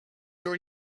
your